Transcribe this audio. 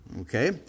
okay